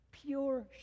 pure